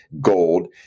gold